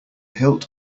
hilt